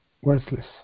worthless